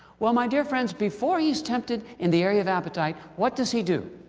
well my dear friends, before he's tempted in the area of appetite, what does he do?